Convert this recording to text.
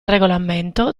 regolamento